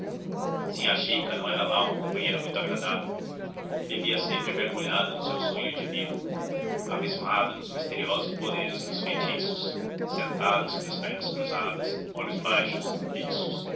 impotentes sinhá chica não era lá uma companheira muito agradável vivia sempre mergulhada no seu sonho divino abismada nos misteriosos poderes dos feitiços sentada sobre as pernas cruzadas olhos baixos fixos